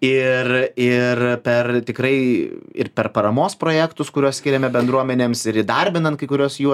ir per tikrai ir per paramos projektus kuriuos skiriame bendruomenėms ir įdarbinant kai kuriuos jų atstovus